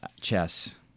chess